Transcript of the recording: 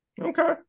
Okay